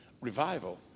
revival